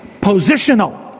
Positional